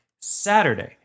Saturday